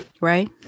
Right